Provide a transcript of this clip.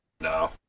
No